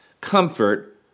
comfort